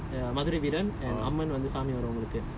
because err or she Karuppusamy